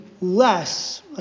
less